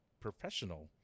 professional